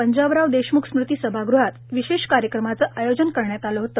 पंजाबराव देशमुख स्मृति सभागृहात विशेष कार्यक्रमाचे आयोजन करण्यात आले होते